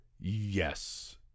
Yes